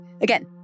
again